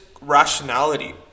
rationality